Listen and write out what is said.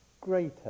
greater